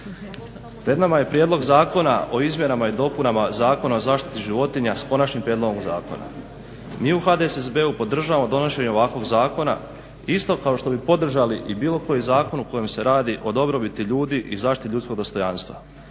Pred nama je Prijedlog zakona o izmjenama i dopunama Zakona o zaštiti životinja, s Konačnim prijedlogom zakona. Mi u HDSSB-u podržavamo donošenje ovakvog zakona isto kao što bi podržali i bilo koji zakon u kojem se radi o dobrobiti ljudi i zaštiti ljudskog dostojanstva.